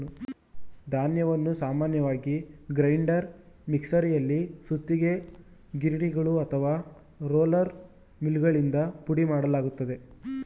ಧಾನ್ಯವನ್ನು ಸಾಮಾನ್ಯವಾಗಿ ಗ್ರೈಂಡರ್ ಮಿಕ್ಸರಲ್ಲಿ ಸುತ್ತಿಗೆ ಗಿರಣಿಗಳು ಅಥವಾ ರೋಲರ್ ಮಿಲ್ಗಳಿಂದ ಪುಡಿಮಾಡಲಾಗ್ತದೆ